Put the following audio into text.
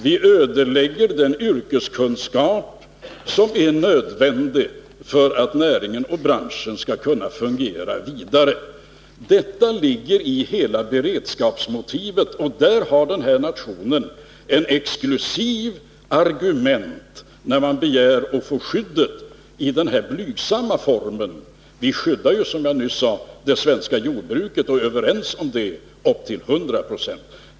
Vi ödelägger därmed en yrkeskunskap som är nödvändig för att näringen och branschen skall kunna fungera vidare. Detta ligger i hela beredskapsmotivet. Där har den här nationen ett exklusivt argument när man begär att få skyddet i denna blygsamma form. — Vi skyddar ju, som jag nyss sade, det svenska jordbruket — och är överens om att göra det — upp till 100 96.